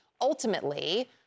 ultimately